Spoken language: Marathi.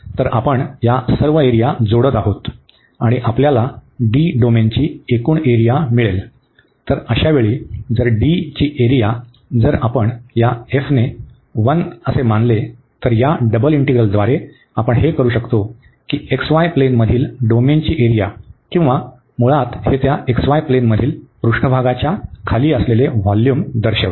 तर आपण या सर्व एरिया जोडत आहोत आणि आपल्याला D डोमेनची एकूण एरिया मिळेल तर अशावेळी जर D ची एरिया जर आपण या f ने 1 असे मानले तर या डबल इंटीग्रलद्वारे आपण हे करू शकतो की xy प्लेनमधील डोमेनची एरिया किंवा मुळात हे त्या xy प्लेनमधील पृष्ठभागाच्या खाली असलेले व्होल्यूम दर्शवते